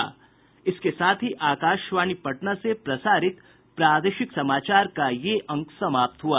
इसके साथ ही आकाशवाणी पटना से प्रसारित प्रादेशिक समाचार का ये अंक समाप्त हुआ